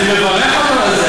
אני מברך אותו על זה.